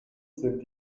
sind